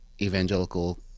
evangelical